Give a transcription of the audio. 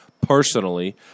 personally